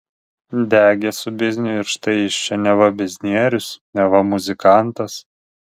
degė su bizniu ir štai jis čia neva biznierius neva muzikantas